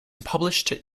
published